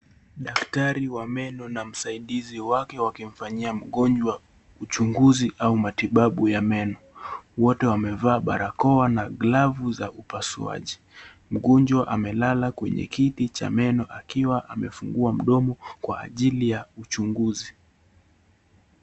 Daktari wa meno na msaidizi wake wakimfanyia mgonjwa uchunguzi au matibabu ya meno. Wote wamevaa barakoa na glavu za upasuaji. Mgonjwa amelala kwenye kiti cha meno akiwa amefungua mdomo kwa ajili ya uchunguzi.